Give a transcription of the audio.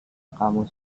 kamu